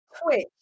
quick